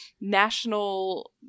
National